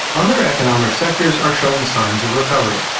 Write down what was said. other economic sectors are showing signs of recovery.